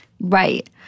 Right